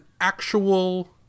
actual